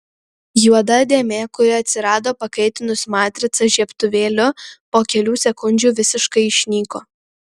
juoda dėmė kuri atsirado pakaitinus matricą žiebtuvėliu po kelių sekundžių visiškai išnyko